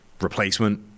replacement